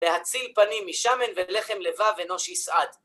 להציל פנים משמן ולחם לבב אנוש יסעד.